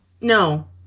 No